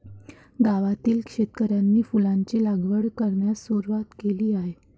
गावातील शेतकऱ्यांनी फुलांची लागवड करण्यास सुरवात केली आहे